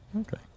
Okay